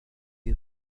you